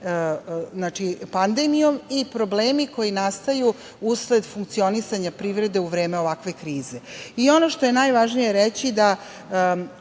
pandemijom i problemi koji nastaju usled funkcionisanja privrede u vreme ovakve krize. Ono što je najvažnije reći da